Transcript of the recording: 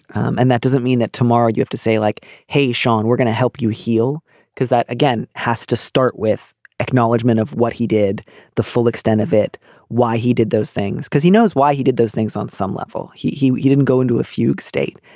and that doesn't mean that tomorrow you have to say like hey sean we're gonna help you heal because that again has to start with acknowledgement of what he did the full extent of it why he did those things because he knows why he did those things on some level he he didn't go into a fugue state.